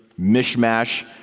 mishmash